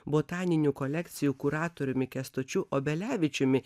botaninių kolekcijų kuratoriumi kęstučiu obelevičiumi